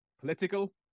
political